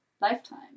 lifetime